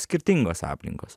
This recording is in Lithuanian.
skirtingos aplinkos